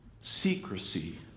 secrecy